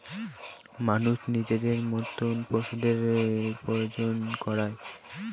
মানুষ নিজের মত পশুদের প্রজনন করায়